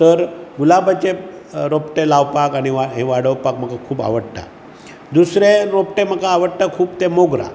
तर गुलाबाचें रोपटें लावपाक आनी हें वाडोवपाक म्हाका खूब आवडटा दुसरें रोपटें म्हाका आवडटा खूब तें मोगरा